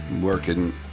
working